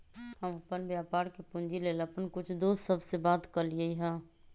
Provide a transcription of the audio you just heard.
हम अप्पन व्यापार के पूंजी लेल अप्पन कुछ दोस सभ से बात कलियइ ह